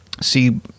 see